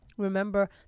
remember